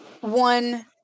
one